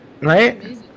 Right